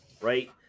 right